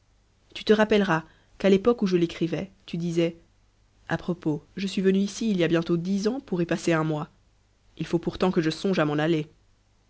tu te rappelleras qu'à l'époque où je l'écrivais tu disais à propos je suis venu ici il y a bientôt dix ans pour y passer un mois il faut pourtant que je songe à m'en aller